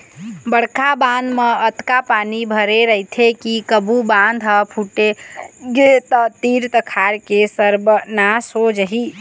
बड़का बांध म अतका पानी भरे रहिथे के कभू बांध ह फूटगे त तीर तखार के सरबस नाश हो जाही